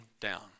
down